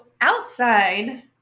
outside